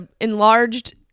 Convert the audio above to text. enlarged